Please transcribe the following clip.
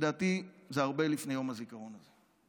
ולדעתי זה הרבה לפני יום הזיכרון הזה.